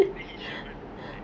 then he showed all the the like